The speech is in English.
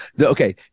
Okay